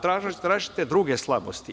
Tražite druge slabosti.